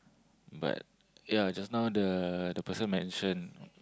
but ya just now the the person mention